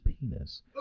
penis